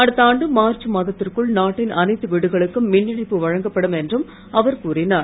அடுத்த ஆண்டு மார்ச் மாதத்திற்குள் நாட்டின் அனைத்து வீடுகளுக்கும் மின் இணைப்பு வழங்கப்படும் என்றும் அவர் கூறினார்